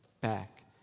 back